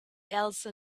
elsa